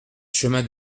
chemin